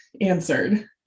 answered